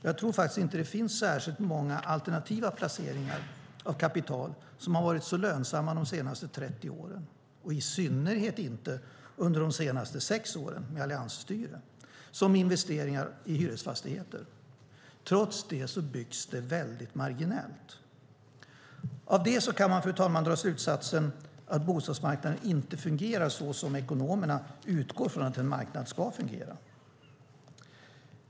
Jag tror inte att det finns särskilt många alternativa placeringar av kapital som har varit så lönsamma de senaste 30 åren, och i synnerhet inte under de senaste sex åren med alliansstyre, som investeringar i hyresfastigheter. Trots det byggs det mycket marginellt. Fru talman! Av det kan man dra slutsatsen att bostadsmarknaden inte fungerar så som ekonomerna utgår från att en marknad ska fungera.